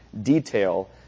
detail